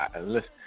listen